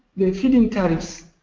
the feed in tariffs